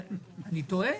אני טועה?